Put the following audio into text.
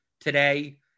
today